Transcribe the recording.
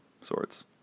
sorts